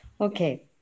Okay